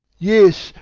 yes,